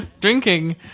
Drinking